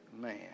man